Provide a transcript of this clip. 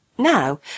Now